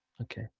Okay